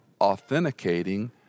authenticating